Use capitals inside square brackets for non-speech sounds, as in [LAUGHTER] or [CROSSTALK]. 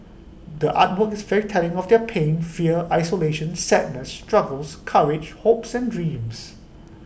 the art work is [UNINTELLIGIBLE] telling of their pain fear isolation sadness struggles courage hopes and dreams